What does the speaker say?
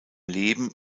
leben